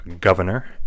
governor